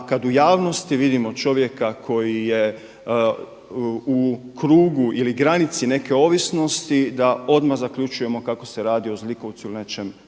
da kada u javnosti vidimo čovjeka koji je u krugu ili granici neke ovisnosti da odmah zaključujemo kako se radi o zlikovcu ili nečem